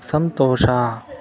ಸಂತೋಷ